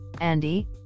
Andy